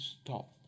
stop